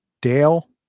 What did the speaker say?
Dale